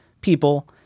people